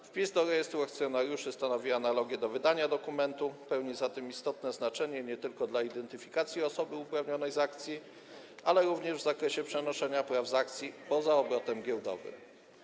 Wpis do rejestru akcjonariuszy stanowi analogię do wydania dokumentu, ma zatem istotne znaczenie nie tylko dla identyfikacji osoby uprawnionej z akcji, ale również w zakresie przenoszenia praw z akcji poza obrotem giełdowym.